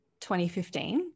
2015